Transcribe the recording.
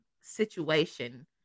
situation